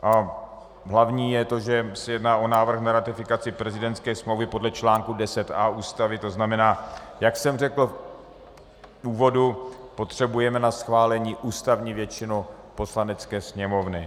Hlavní je to, že se jedná o návrh na ratifikaci prezidentské smlouvy podle čl. 10a Ústavy, to znamená, jak jsem řekl v úvodu, potřebujeme ke schválení ústavní většinu Poslanecké sněmovny.